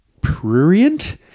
Prurient